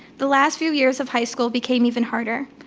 the last few years of high school became even harder.